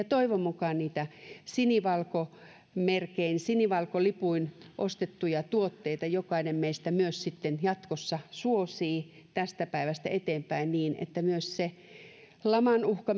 toivon mukaan niitä sinivalkomerkein sinivalkolipuin merkittyjä tuotteita jokainen meistä myös sitten jatkossa suosii tästä päivästä eteenpäin niin että myös se laman uhka